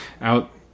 Out